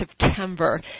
September